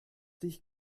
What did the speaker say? dich